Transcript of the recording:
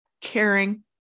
caring